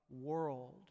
world